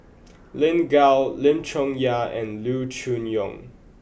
Lin Gao Lim Chong Yah and Loo Choon Yong